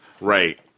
Right